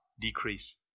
decrease